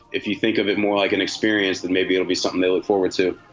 if you think of it more like an experience than maybe it'll be something they look forward to